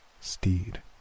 steed